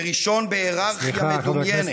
כראשון בהיררכיה מדומיינת.